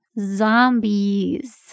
zombies